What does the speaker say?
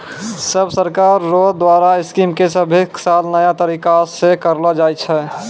सब सरकार रो द्वारा स्कीम के सभे साल नया तरीकासे करलो जाए छै